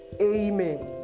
Amen